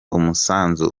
umusanzu